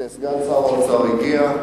הנה, סגן שר האוצר הגיע.